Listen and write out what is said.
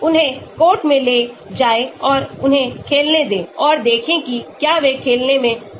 उन्हें court में ले जाएं और उन्हें खेलने दें और देखें कि क्या वे खेलने में सक्षम हैं